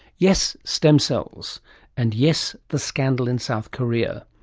yes, stem cells and yes, the scandal in south korea.